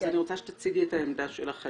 אז אני רוצה שתציגי את העמדה שלך.